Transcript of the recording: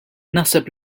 naħseb